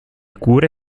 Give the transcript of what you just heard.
cure